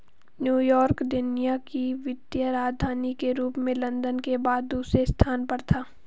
New York दुनिया की वित्तीय राजधानी के रूप में लंदन के बाद दूसरे स्थान पर था